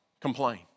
complain